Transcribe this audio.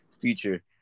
future